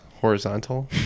horizontal